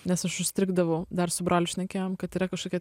nes užstrigdavau dar su broliu šnekėjom kad yra kažkokia